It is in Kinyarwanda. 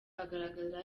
agaragara